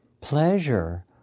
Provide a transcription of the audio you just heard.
pleasure